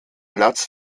platz